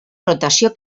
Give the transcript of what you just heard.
rotació